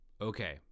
okay